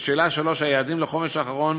לשאלה 3: היעדים לחומש האחרון